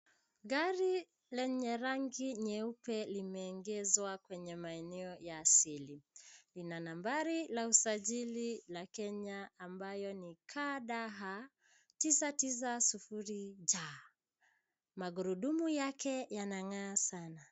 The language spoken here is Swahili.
Gari lenye rangi nyeupe limeegezwa kwenye maeneo ya asili. Lina nambari la usajili la Kenya ambayo ni KDH tisa tisa sufuri J.Magurudumu yake yanang'aa sana.